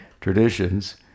traditions